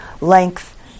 length